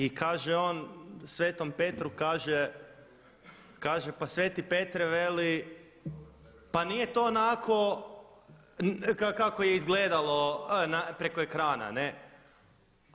I kaže on Svetom Petru kaže pa Sveti Petre veli pa nije to onako kako je izgledalo preko ekrana, ne.